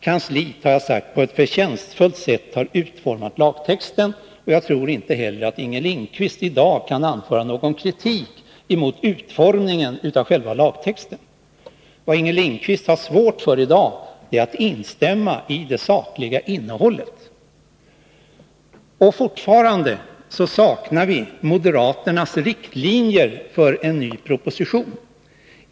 Kansliet har, som jag sagt, på ett förtjänstfullt sätt utformat lagtexten, och jag tror inte heller att Inger Lindquist i dag kan anföra någon kritik mot denna utformning av själva lagtexten. Vad Inger Lindquist i dag har svårt för är att instämma i det sakliga innehållet. Fortfarande saknar vi moderaternas riktlinjer för en ny proposition.